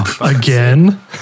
again